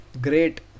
great